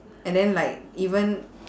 and then like even